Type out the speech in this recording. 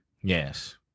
Yes